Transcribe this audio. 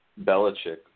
Belichick